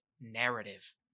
narrative